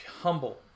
humble